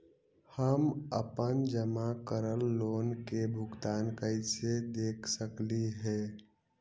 हम अपन जमा करल लोन के भुगतान कैसे देख सकली हे?